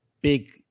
big